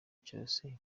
cyose